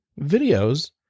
videos